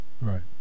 right